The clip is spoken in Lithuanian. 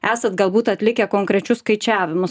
esat galbūt atlikę konkrečius skaičiavimus